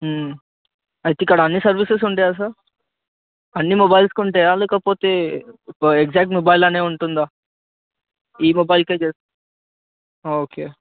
అయితే ఇక్కడ అన్ని సర్వీసెస్ ఉంటాయా సార్ అన్ని మొబైల్స్కి ఉంటాయా లేకపోతే ఎగ్జాక్ట్ మొబైల్ అనేవి ఉంటుందా ఈ మొబైల్కే చేస్తాను ఓకే